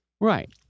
Right